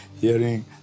hearing